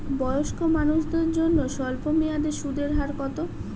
বয়স্ক মানুষদের জন্য স্বল্প মেয়াদে সুদের হার কত?